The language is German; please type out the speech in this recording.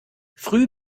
früh